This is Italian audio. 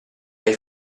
hai